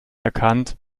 erkannt